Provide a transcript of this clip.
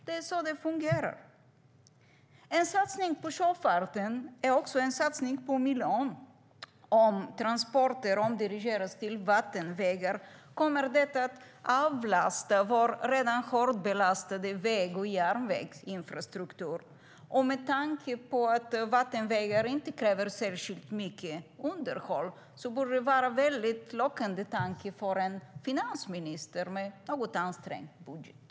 Det är så det fungerar.